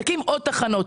תקים עוד תחנות,